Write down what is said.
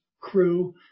crew